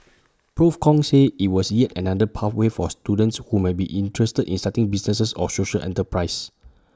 Prof Kong said IT was yet another pathway for students who may be interested in starting businesses or social enterprises